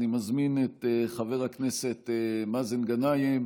אני מזמין את חבר הכנסת מאזן גנאים.